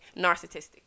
narcissistic